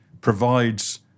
provides